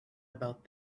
about